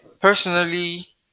personally